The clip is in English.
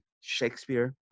Shakespeare